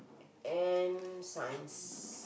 and science